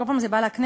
כל פעם זה בא לכנסת,